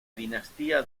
dinastía